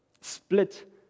split